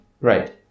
Right